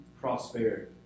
prosperity